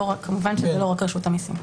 כמובן שזה לא רק רשות המיסים.